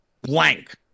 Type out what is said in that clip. blank